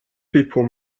people